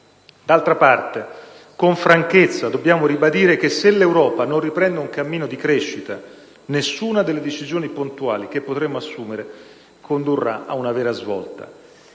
D'altra parte, con franchezza dobbiamo ribadire che, se l'Europa non riprende un cammino di crescita, nessuna delle decisioni puntuali che potremo assumere condurrà a una vera svolta.